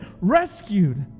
rescued